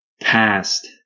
past